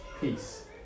peace